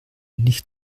nicht